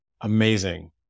Amazing